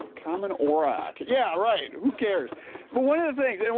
common orach. yeah right, who cares but one of the things, and